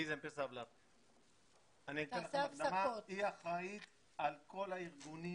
אני אתן לכם הקדמה, היא אחראית על כל הארגונים